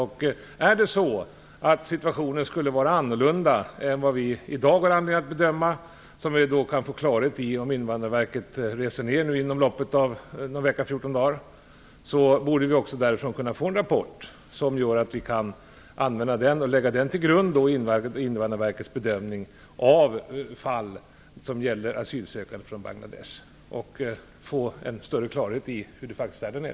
Genom att representanter från Invandrarverket reser ner till Bangladesh inom loppet av någon eller några veckor, kommer vi att kunna få klarhet i om situationen i landet är en annan än vad vi har utgått ifrån i våra bedömningar. Vi borde på detta sätt kunna få större klarhet i hurdant läget faktiskt är där nere och också få en rapport som kan ligga till grund för